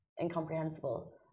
incomprehensible